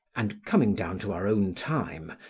and, coming down to our own time,